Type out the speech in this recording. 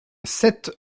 sept